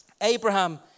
Abraham